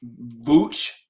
Vooch